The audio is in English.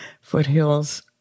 foothills